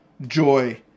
joy